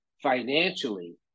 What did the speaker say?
financially